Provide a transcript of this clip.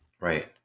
right